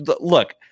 Look